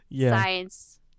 science